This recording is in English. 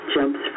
jumps